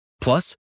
Plus